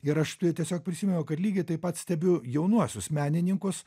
ir aš tiesiog prisiminiau kad lygiai taip pat stebiu jaunuosius menininkus